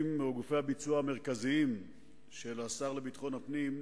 הביצוע המרכזיים של השר לביטחון הפנים,